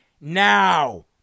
now